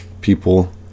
People